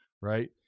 right